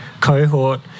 cohort